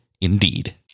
Indeed